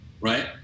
right